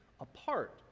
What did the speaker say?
apart